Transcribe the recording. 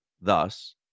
thus